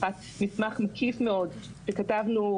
מסמך מקיף מאוד שכתבנו,